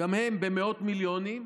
גם הן במאות מיליונים.